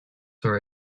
are